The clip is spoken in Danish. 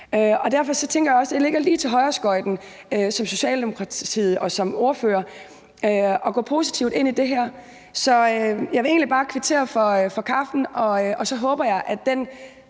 Derfor tænker jeg også, at det ligger lige til højreskøjten for Socialdemokratiet og for ordføreren at gå positivt ind i det her. Så jeg vil egentlig bare kvittere for kaffen, og så håber jeg, at den